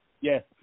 Yes